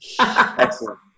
Excellent